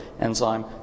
enzyme